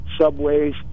subways